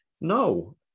no